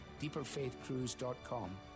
deeperfaithcruise.com